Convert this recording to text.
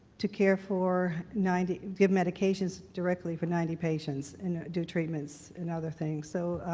to care for ninety give medications directly for ninety patients and do treatments and other things. so,